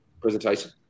presentation